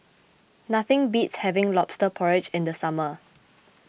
nothing beats having Lobster Porridge in the summer